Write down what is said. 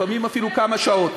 לפעמים אפילו כמה שעות.